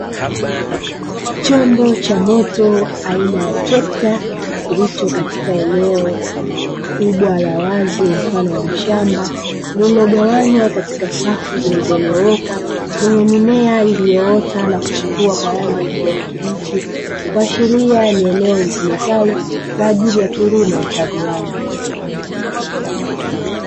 Chombo cha moto aina ya trekta kilicho katika eneo kubwa la wazi mfano wa shamba, lililogawanywa katika safu zilizonyooka. Zina mimea iliyoota na kuchipua kwa rangi ya kijani kibichi, kuashiria ni eneo litumikalo kwa ajili ya kilimo cha viwanda.